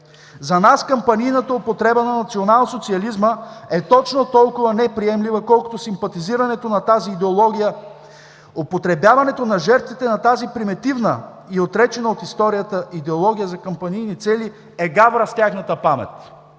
За нас кампанийната употреба на национал-социализма е точно толкова неприемлива, колкото симпатизирането на тази идеология. Употребяването на жертвите на тази примитивна и отречена от историята идеология за кампанийни цели е гавра с тяхната памет.